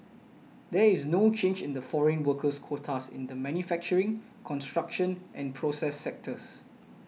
there is no change in the foreign workers quotas in the manufacturing construction and process sectors